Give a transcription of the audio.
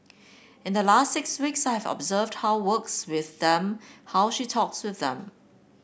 in the last six weeks I have observed how works with them how she talks to them